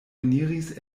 eniris